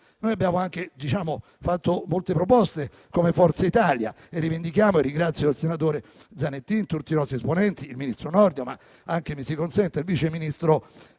abbiamo anche fatto molte proposte e le rivendichiamo. Ringrazio il senatore Zanettin, tutti i nostri esponenti, il ministro Nordio, ma anche - mi si consenta - il vice ministro